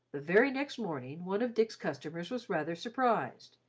the very next morning, one of dick's customers was rather surprised.